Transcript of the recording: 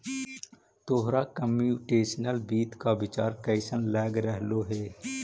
तोहरा कंप्युटेशनल वित्त का विचार कइसन लग रहलो हे